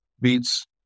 beats